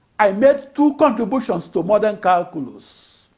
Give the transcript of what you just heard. i made two contributions to modern calculus.